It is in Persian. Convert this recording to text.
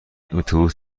اتوبوس